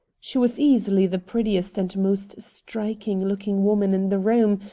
she was easily the prettiest and most striking-looking woman in the room,